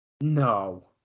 No